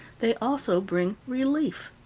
they also bring relief.